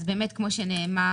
אז באמת כמו שנאמר,